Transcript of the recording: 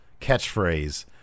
catchphrase